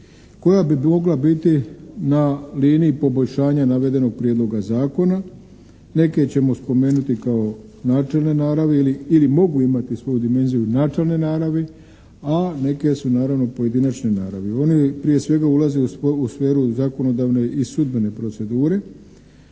koja bi mogla biti na liniji poboljšanja navedenog prijedloga zakona. Neke ćemo spomenuti kao načelne naravi ili mogu imati svoju dimenziju načelne naravi, a neke su naravno pojedinačne naravi. Oni prije svega ulaze u sferu zakonodavne i sudbene procedure.